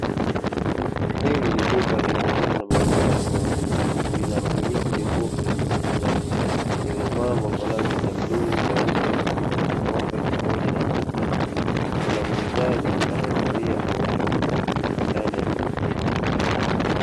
Hili ni duka linalouza maziwa ya ng'ombe linalomiliki jokofu la kidijitali lililopambwa kwa rangi ya blue, nyeupe, kichwa cha ng'ombe pamoja na maandishi, kuna muuzaji aliyevalia nguo nyeupe yupo ndani ya duka hilo.